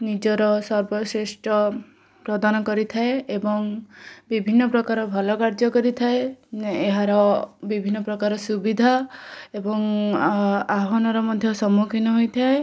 ନିଜର ସର୍ବଶ୍ରେଷ୍ଠ ପ୍ରଦାନ କରିଥାଏ ଏବଂ ବିଭିନ୍ନ ପ୍ରକାର ଭଲ କାର୍ଯ୍ୟ କରିଥାଏ ଏହାର ବିଭିନ୍ନ ପ୍ରକାର ସୁବିଧା ଏବଂ ଆହ୍ୱାନ ର ମଧ୍ୟ ସମ୍ମୁଖୀନ ହୋଇଥାଏ